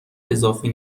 اضافی